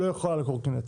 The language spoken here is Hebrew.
לא יכול על קורקינט,